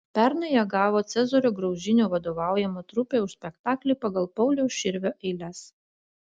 pernai ją gavo cezario graužinio vadovaujama trupė už spektaklį pagal pauliaus širvio eiles